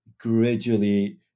gradually